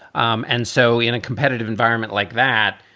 um and so in a competitive environment like that,